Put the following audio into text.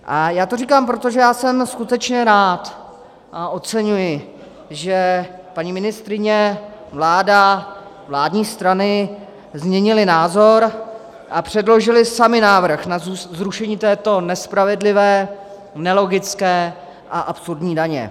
A já to říkám proto, že já jsem skutečně rád a oceňuji, že paní ministryně, vláda, vládní strany změnily názor a předložily samy návrh na zrušení této nespravedlivé, nelogické a absurdní daně.